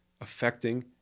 affecting